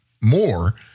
more